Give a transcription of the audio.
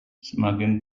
semakin